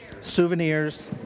souvenirs